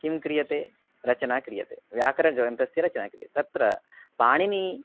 किं क्रियते रचना क्रियते व्याकरण ग्रन्थस्य रचना क्रियते तत्र पाणिनी